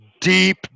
deep